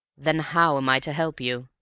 then how am i to help you?